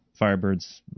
Firebirds